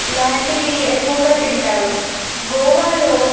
లాంటివి ఎక్కువగా తింటారు గోవాలో